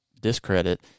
discredit